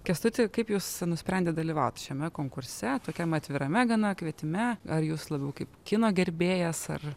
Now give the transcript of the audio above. kęstuti kaip jūs nusprendėt dalyvaut šiame konkurse tokiam atvirame gana kvietime ar jūs labiau kaip kino gerbėjas ar